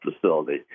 facility